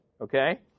Okay